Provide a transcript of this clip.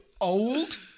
old